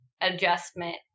adjustment